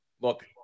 look